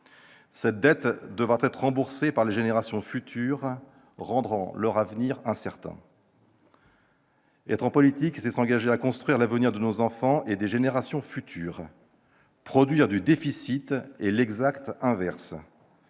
cette dette devra être remboursée par les générations futures, ce qui rend leur avenir incertain. Être en politique, c'est s'engager à construire l'avenir de nos enfants et des générations futures. Produire du déficit est l'exact inverse